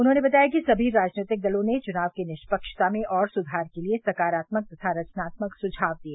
उन्होंने बताया कि समी राजनीतिक दलों ने चुनाव की निष्पक्षता में और सुधार के लिए सकारात्मक तथा स्वनात्मक सुझाव दिए